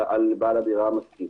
על בעל הדירה המתקין.